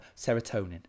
serotonin